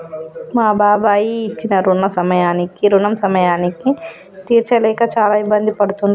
మా బాబాయి ఇచ్చిన రుణం సమయానికి తీర్చలేక చాలా ఇబ్బంది పడుతుండు